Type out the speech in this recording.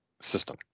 system